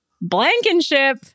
Blankenship